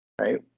right